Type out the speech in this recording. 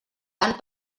tant